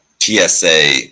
TSA